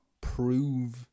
prove